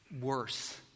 worse